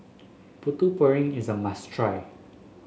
Putu Piring is a must try